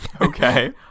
Okay